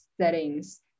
settings